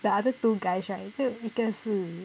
the other two guys right 就一个是